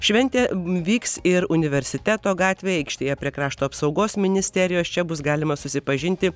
šventė vyks ir universiteto gatvėje aikštėje prie krašto apsaugos ministerijos čia bus galima susipažinti